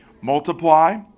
Multiply